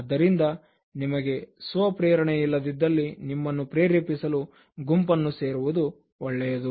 ಆದ್ದರಿಂದ ನಿಮಗೆ ಸ್ವಪ್ರೇರಣೆ ಇಲ್ಲದಿದ್ದಲ್ಲಿ ನಿಮ್ಮನ್ನು ಪ್ರೇರೇಪಿಸಲು ಗುಂಪನ್ನು ಸೇರುವುದು ಒಳ್ಳೆಯದು